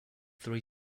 three